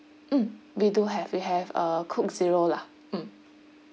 mm we do have we have uh coke zero lah mm